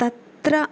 तत्र